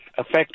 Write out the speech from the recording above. affect